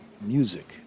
music